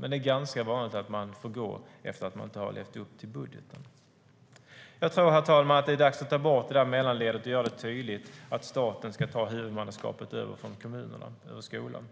Men det är ganska vanligt att man får gå efter det att man inte har levt upp till budgeten. Jag tror, herr talman, att det är dags att ta bort det där mellanledet och att göra det tydligt att staten ska ta över huvudmannaskapet för skolan från kommunerna.